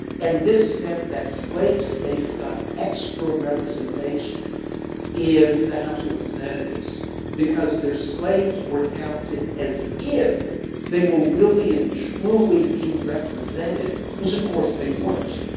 and, this meant that slave states got extra representation in the house of representatives because their slaves were counted as if they were really and truly being represented, which of course they weren't.